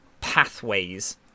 pathways